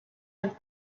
have